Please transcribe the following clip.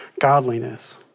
godliness